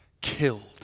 killed